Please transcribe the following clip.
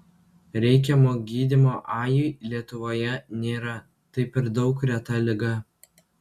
reikiamo gydymo ajui lietuvoje nėra tai per daug reta liga